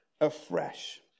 afresh